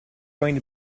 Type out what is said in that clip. going